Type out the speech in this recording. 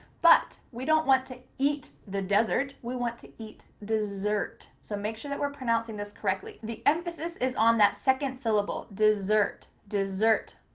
but we don't want to eat the desert. we want to eat dessert, so make sure that we're pronouncing this correctly. the emphasis is on that second syllable, dessert, dessert.